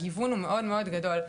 הגיוון הוא מאוד מאוד גדול.